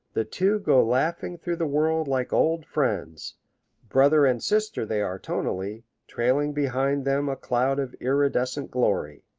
the two go laughing through the world like old friends brother and sister they are tonally, trailing behind them a cloud of iridescent glory.